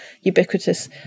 ubiquitous